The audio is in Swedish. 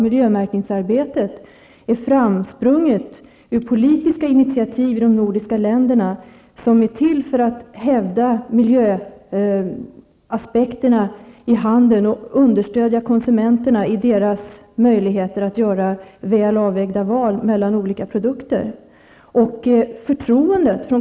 Miljömärkningsarbetet är framsprunget ur politiska initiativ i de nordiska länderna och är till för att hävda miljöaspekterna i handeln samt understödja konsumenternas möjligheter att göra väl avvägda val mellan olika produkter.